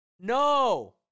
No